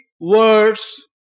words